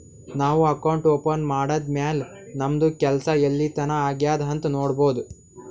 ನಾವು account open ಮಾಡದ್ದ್ ಮ್ಯಾಲ್ ನಮ್ದು ಕೆಲ್ಸಾ ಎಲ್ಲಿತನಾ ಆಗ್ಯಾದ್ ಅಂತ್ ನೊಡ್ಬೋದ್